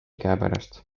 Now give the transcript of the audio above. käepärast